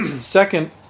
second